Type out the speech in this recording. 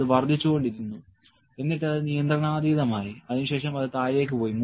അത് വർദ്ധിച്ചുകൊണ്ടിരുന്നു എന്നിട്ട് അത് നിയന്ത്രണാതീതമായി അതിനുശേഷം അത് താഴേക്ക് പോയി